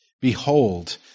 Behold